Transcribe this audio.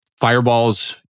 Fireballs